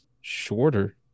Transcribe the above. shorter